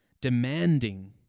Demanding